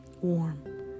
warm